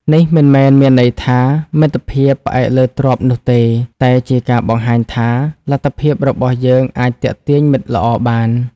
នេះមិនមែនមានន័យថា មិត្តភាពផ្អែកលើទ្រព្យនោះទេ តែជាការបង្ហាញថា លទ្ធភាពរបស់យើងអាចទាក់ទាញមិត្តល្អបាន។